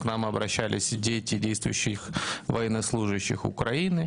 עוד 708 אנשים כבר קיבלו שובר מזון,